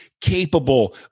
capable